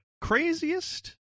craziest